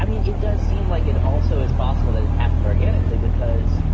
i mean, it does seem like it also is possible that it happened organically because